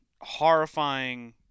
horrifying